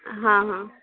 ହଁ ହଁ